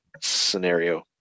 scenario